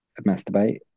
masturbate